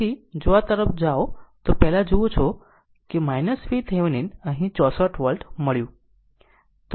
તેથી જો આ તરફ જાઓ તે પહેલાં આ જુઓ VThevenin અહીં 64 વોલ્ટ મળ્યું